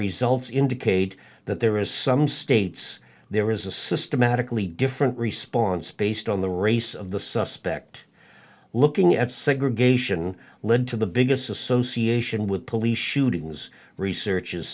results indicate that there is some states there is a systematically different response based on the race of the suspect looking at segregation led to the biggest association with police shootings research